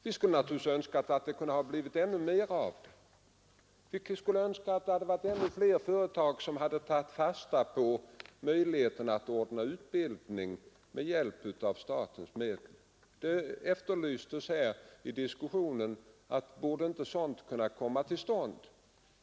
Vi skulle naturligtvis ha önskat att resultaten blivit ännu större, t.ex. att ännu fler företag hade tagit fasta på möjligheterna att ordna utbildning med hjälp av statsmedel. I diskussionen här frågades det om inte sådant borde kunna komma till stånd.